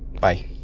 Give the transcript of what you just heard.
by